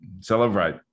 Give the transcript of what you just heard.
Celebrate